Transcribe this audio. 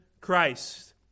christ